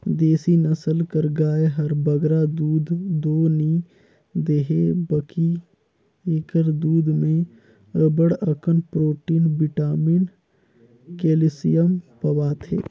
देसी नसल कर गाय हर बगरा दूद दो नी देहे बकि एकर दूद में अब्बड़ अकन प्रोटिन, बिटामिन, केल्सियम पवाथे